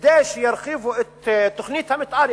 כדי שירחיבו את תוכנית המיתאר,